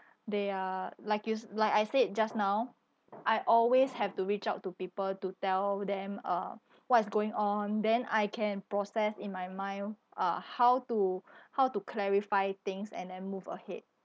they are like you s~ like I said just now I always have to reach out to people to tell them uh what is going on then I can process in my mind uh how to how to clarify things and then move ahead